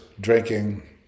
drinking